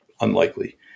unlikely